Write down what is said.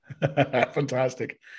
Fantastic